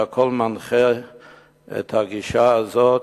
את הכול מנחה הגישה הזאת,